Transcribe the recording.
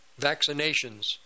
vaccinations